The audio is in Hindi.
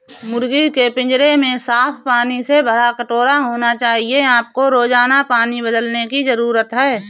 मुर्गी के पिंजरे में साफ पानी से भरा कटोरा होना चाहिए आपको रोजाना पानी बदलने की जरूरत है